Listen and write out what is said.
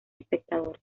espectadores